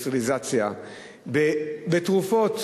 בסטריליזציה, בתרופות.